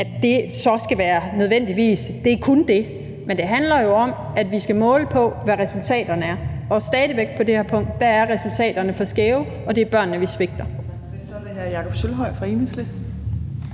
at det så nødvendigvis skal være kun det, men det handler jo om, at vi skal måle på, hvad resultaterne er, og stadig væk på det her punkt er resultaterne for skæve, og det er børnene, vi svigter.